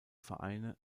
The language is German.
vereine